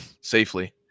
safely